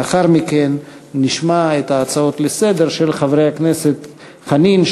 לאחר מכן נשמע את ההצעות לסדר-היום של חברי הכנסת חנין,